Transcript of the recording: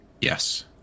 Yes